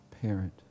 parent